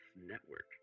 Network